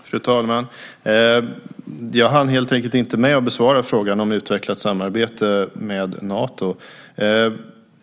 Fru talman! Jag hann helt enkelt inte med att besvara frågan om ett utvecklat samarbete med Nato.